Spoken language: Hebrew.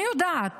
אני יודעת